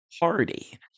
party